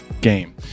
Game